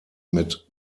mit